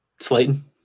Slayton